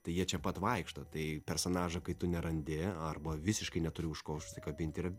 tai jie čia pat vaikšto tai personažo kai tu nerandi arba visiškai neturi už ko užsikabint ir